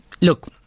Look